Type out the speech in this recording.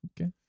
Okay